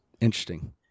Interesting